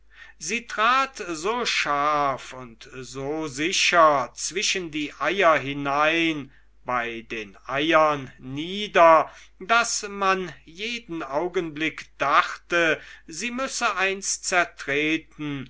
sie trat so scharf und so sicher zwischen die eier hinein bei den eiern nieder daß man jeden augenblick dachte sie müsse eins zertreten